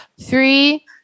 Three